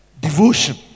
Devotion